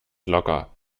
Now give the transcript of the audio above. locker